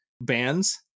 bands